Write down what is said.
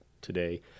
today